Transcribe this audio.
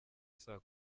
saa